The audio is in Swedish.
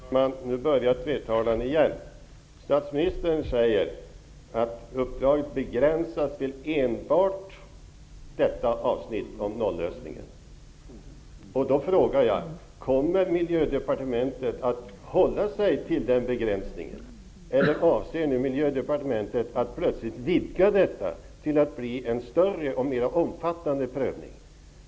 Fru talman! Nu börjar tvetalan igen. Statsministern säger att uppdraget begränsas till enbart avsnittet om nollösningen. Kommer Miljödepartementet att hålla sig till den begränsningen, eller avser Miljödepartementet att plötsligt vidga prövningen till att bli större och mer omfattande?